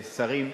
שרים,